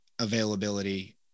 availability